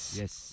yes